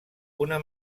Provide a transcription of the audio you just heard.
una